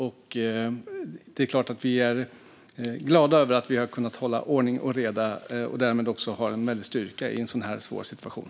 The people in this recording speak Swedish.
Vi är naturligtvis glada över att vi har kunnat hålla ordning och reda och därmed också har en stor styrka i en sådan här svår situation.